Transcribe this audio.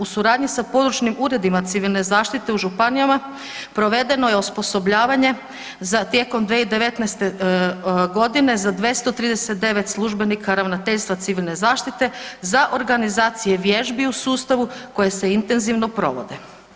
U suradnji sa područnim uredima civilne zaštite u županijama provedeno je osposobljavanje za, tijekom 2019. godine za 239 službenika ravnateljstva civilne zaštite za organizacije vježbi u sustavu koje se intenzivno provode.